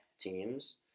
teams